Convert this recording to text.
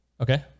Okay